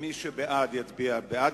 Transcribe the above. מי שבעד יצביע בעד,